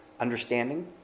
Understanding